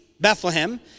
Bethlehem